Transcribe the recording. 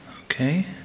Okay